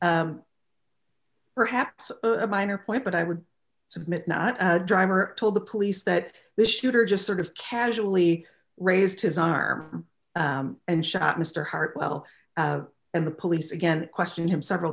fired perhaps a minor point but i would submit not driver told the police that the shooter just sort of casually raised his arm and shot mr hartwell and the police again questioned him several